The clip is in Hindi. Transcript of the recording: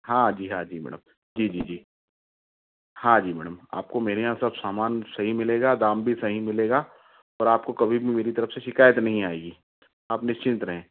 हाँ जी हाँ जी मैडम जी जी जी हाँ जी मैडम आपको मेरे यहाँ सब सामान सही मिलेगा दाम भी सही मिलेगा और आपको कभी भी मेरी तरफ़ से शिकायत नहीं आएगी आप निश्चिंत रहें